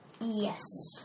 Yes